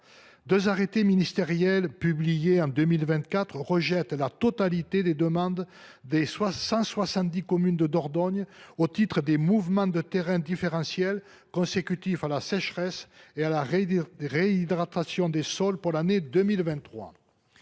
deux arrêtés ministériels publiés en 2024, la totalité des demandes de 170 communes de Dordogne au titre des « mouvements de terrain différentiels consécutifs à la sécheresse et à la réhydratation des sols » pour l’année 2023